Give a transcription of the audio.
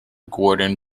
gordon